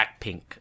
Blackpink